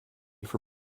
for